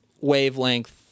wavelength